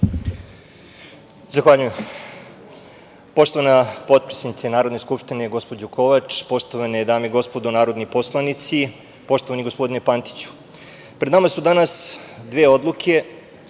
Zahvaljujem. Poštovana potpredsednice Narodne skupštine gospođo Kovač, poštovane dame i gospodo narodni poslanici, poštovani gospodine Pantiću, pred nama su danas dve odluke